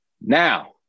Now